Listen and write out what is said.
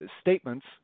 statements